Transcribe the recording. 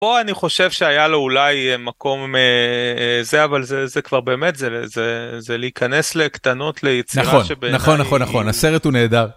פה אני חושב שהיה לו אולי מקום זה אבל זה זה כבר באמת זה זה זה להיכנס לקטנות ליצירה שבעיניי היא... נכון נכון נכון הסרט הוא נהדר.